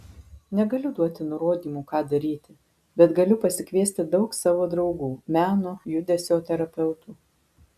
negaliu duoti nurodymų ką daryti bet galiu pasikviesti daug savo draugų meno judesio terapeutų